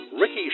Ricky